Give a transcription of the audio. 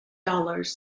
dollars